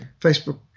Facebook